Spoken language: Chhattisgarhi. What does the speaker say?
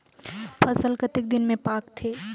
फसल कतेक दिन मे पाकथे?